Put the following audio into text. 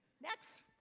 Next